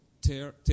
tear